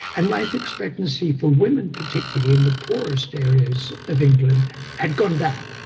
and life expectancy for women particularly in the poorest areas of england had gone down.